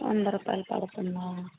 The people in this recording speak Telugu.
వంద రూపాయలు పడుతుందా